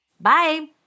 Bye